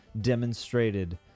demonstrated